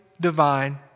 divine